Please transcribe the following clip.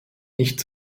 nicht